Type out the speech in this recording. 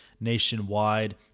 nationwide